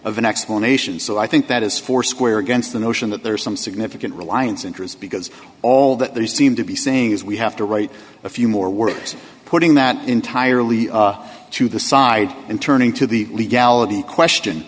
an explanation so i think that is foursquare against the notion that there are some significant reliance interest because all that there seem to be saying is we have to write a few more words putting that entirely to the side and turning to the legality question